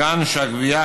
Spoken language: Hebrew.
מכאן שהגבייה,